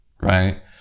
right